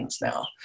now